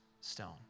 stone